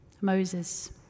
Moses